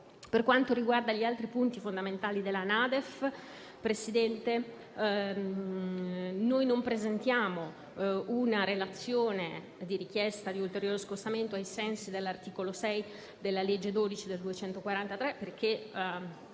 Per quanto riguarda gli altri punti fondamentali della NADEF, signor Presidente, noi non presentiamo una relazione di richiesta di ulteriore scostamento ai sensi dell'articolo 6 della legge n. 12 del 243, perché